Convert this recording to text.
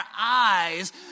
eyes